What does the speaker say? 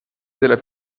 della